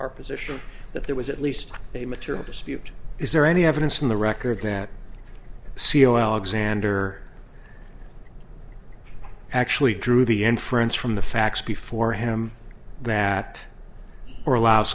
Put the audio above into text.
our position that there was at least a material dispute is there any evidence in the record that c e o alexander actually drew the end friends from the facts before him that or allow